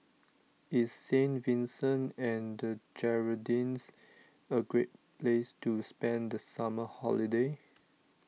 is Saint Vincent and the Grenadines a great place to spend the summer holiday